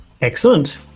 Excellent